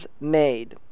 made